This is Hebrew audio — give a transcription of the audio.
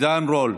שיעבור.